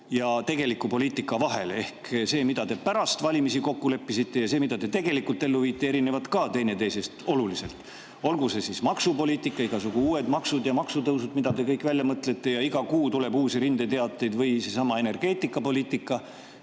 ja tegeliku poliitika vahel. Ehk see, mida te pärast valimisi kokku leppisite, ja see, mida te tegelikult ellu viite, erinevad ka teineteisest oluliselt, olgu see siis maksupoliitika, igasugu uued maksud ja maksutõusud, mida te kõik välja mõtlete – iga kuu tuleb uusi rindeteateid. Või seesama energeetikapoliitika,